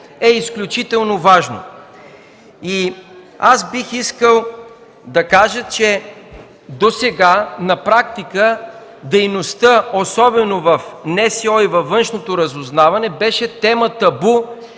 е изключително важно. Аз бих искал да кажа, че досега на практика дейността особено в НСО и във Външното разузнаване беше тема табу